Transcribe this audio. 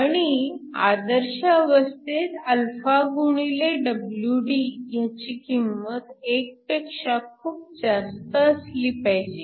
आणि आदर्श अवस्थेत गुणिले WD ह्याची किंमत 1 पेक्षा खूप जास्त असली पाहिजे